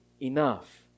enough